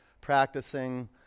practicing